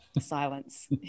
silence